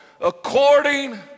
according